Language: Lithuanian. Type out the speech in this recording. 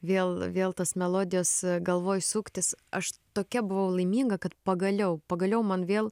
vėl vėl tos melodijos galvoj suktis aš tokia buvau laiminga kad pagaliau pagaliau man vėl